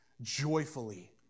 joyfully